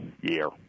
year